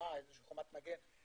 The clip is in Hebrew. חומת מגן כלשהי.